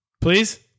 Please